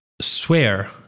swear